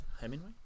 Hemingway